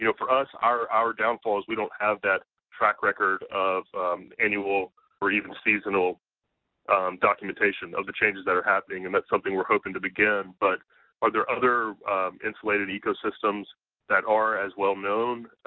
you know for us, our our downfall is we don't have that track record of annual or even seasonal documentation, of the changes that are happening. and that's something we're hoping to begin, but are there other insulated ecosystems that are as well known,